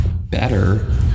better